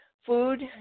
food